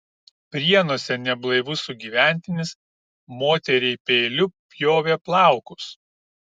prienuose neblaivus sugyventinis moteriai peiliu pjovė plaukus